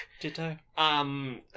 Ditto